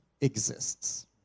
exists